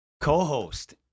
co-host